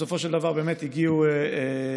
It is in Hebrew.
בסופו של דבר באמת הגיעו הנציגים.